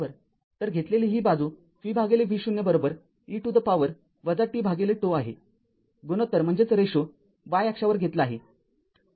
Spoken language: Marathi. तरघेतलेली ही बाजू vv0 e to the power tζ आहे गुणोत्तर y अक्षावर घेतला आहे